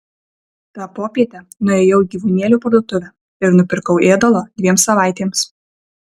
tą popietę nuėjau į gyvūnėlių parduotuvę ir nupirkau ėdalo dviem savaitėms